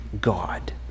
God